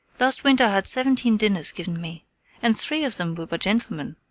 last winter i had seventeen dinners given me and three of them were by gentlemen,